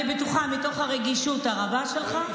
אני בטוחה שמתוך הרגישות הרבה שלך,